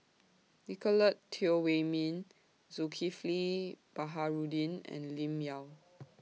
Nicolette Teo Wei Min Zulkifli Baharudin and Lim Yau